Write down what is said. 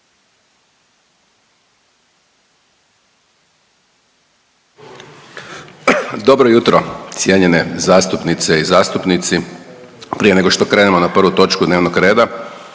Dobro jutro cijenjene zastupnice i zastupnici. Prije nego što krenemo na prvu točku dnevnog reda,